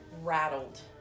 rattled